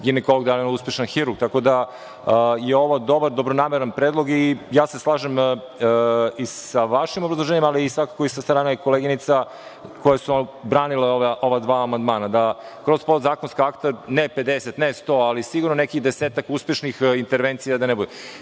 ginekolog, da li je on uspešan hirurg. Tako da je ovo dobar, dobronameran predlog i ja se slažem i sa vašim obrazloženjem, ali i svakako i sa koleginicama koje su branile ova dva amandmana da kroz podzakonska akta ne 50, ne 100, ali sigurno nekih desetak uspešnih intervencija da ne bude.